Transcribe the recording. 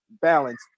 balance